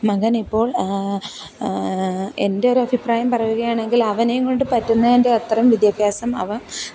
മകൻ ഇപ്പോള് എന്റെ ഒരു അഭിപ്രായം പറയുകയാണെങ്കില് അവനെ കൊണ്ട് പറ്റുന്നതിന്റെ അത്രയും വിദ്യാഭ്യാസം അവന്